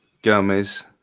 Gomez